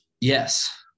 Yes